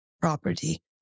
property